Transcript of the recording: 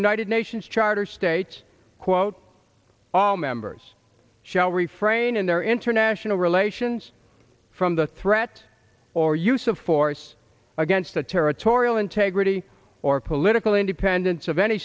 united nations charter states quote all members shall refrain in their international relations from the threat or the use of force against the territorial integrity or political independence of any